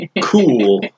Cool